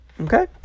Okay